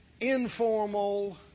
informal